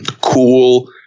cool